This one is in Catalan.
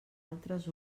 altres